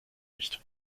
nicht